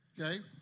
okay